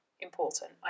important